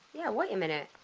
yeah, wait a minute.